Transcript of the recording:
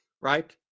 right